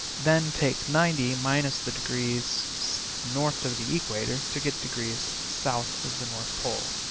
then take ninety minus the degrees north of the equator to get degrees south of the north pole